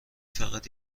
فقط